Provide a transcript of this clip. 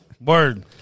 Word